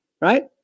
Right